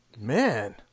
Man